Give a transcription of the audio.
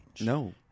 no